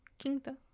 Quinta